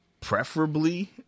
preferably